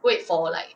wait for like